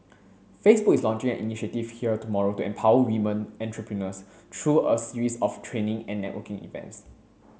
Facebook is launching an initiative here tomorrow to empower women entrepreneurs through a series of training and networking events